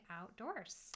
outdoors